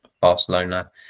Barcelona